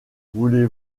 voulez